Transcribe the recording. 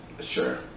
Sure